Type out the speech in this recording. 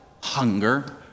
hunger